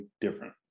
different